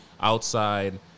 outside